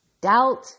Doubt